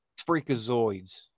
freakazoids